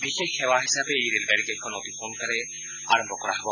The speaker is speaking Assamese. বিশেষ সেৱা হিচাপে এই ৰেলগাডীকেইখন অতি সোনকালে আৰম্ভ কৰা হব